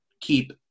keep